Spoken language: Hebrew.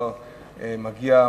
על זה שאתה כבר מגיע,